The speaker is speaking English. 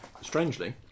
Strangely